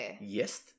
Yes